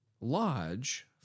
Lodge